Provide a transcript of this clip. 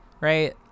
right